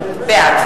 בעד